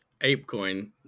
ApeCoin